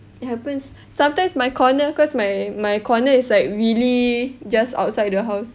it happens sometimes my corner cause my my corner is like really just outside the house